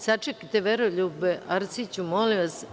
Sačekajte, Veroljube Arsiću, molim vas.